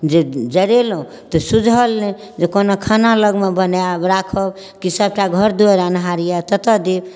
जे जरैलहुँ तऽ सुझल नहि जे कोना खाना लगमे बनाएब राखब कि सबटा घर दुआरि अन्हार अइ ततऽ देब